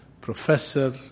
professor